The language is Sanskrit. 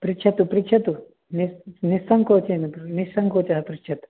पृच्छतु पृच्छतु निस्सङ्कोचेन निस्सङ्कोचः पृच्छतु